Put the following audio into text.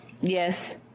Yes